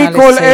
נא לסיים,